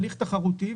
הליך תחרותי,